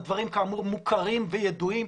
הדברים כאמור מוכרים וידועים,